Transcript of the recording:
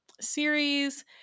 series